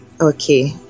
okay